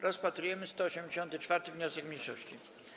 Rozpatrujemy 184. wniosek mniejszości.